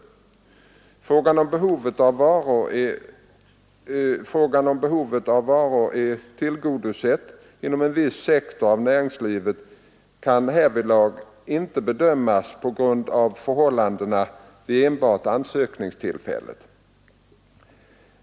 Frågan om huruvida behovet av varor är tillgodosett inom en viss sektor av näringslivet kan härvid inte bedömas på grund av förhållandena vid enbart ansökningstillfället.